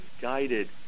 guided